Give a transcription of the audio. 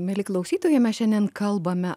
mieli klausytojai mes šiandien kalbame